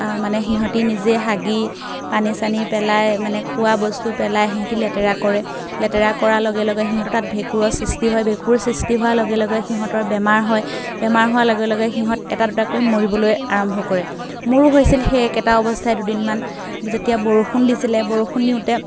আ মানে সিহঁতি নিজে হাগি পানী চানি পেলাই মানে খোৱা বস্তু পেলাই সিহঁতি লেতেৰা কৰে লেতেৰা কৰাৰ লগে লগে সিহঁতৰ তাত ভেঁকুৰৰ সৃষ্টি হয় ভেঁকুৰ সৃষ্টি হোৱাৰ লগে লগে সিহঁতৰ বেমাৰ হয় বেমাৰ হোৱাৰ লগে লগে সিহঁত এটা দুটাকৈ মৰিবলৈ আৰম্ভ কৰে মোৰো হৈছিল সেই একেটা অৱস্থাই দুদিনমান যেতিয়া বৰষুণ দিছিলে বৰষুণ দিওঁতে